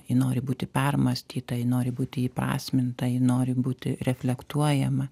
ji nori būti permąstyta ji nori būti įprasminta ji nori būti reflektuojama